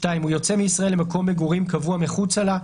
(2) הוא יוצא מישראל למקום מגורים קבוע מחוצה לה,